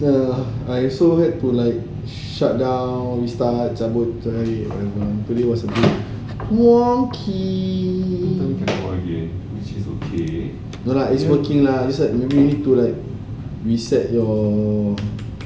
ya I also like to like shutdown restart cabut today was a bit okay no lah it's working you just need to like reset your